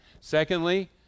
secondly